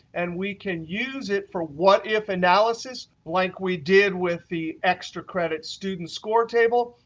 and we can use it for what if analysis, like we did with the extra credit student score table,